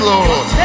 Lord